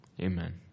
amen